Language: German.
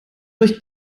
durch